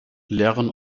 lehrern